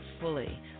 Fully